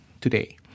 today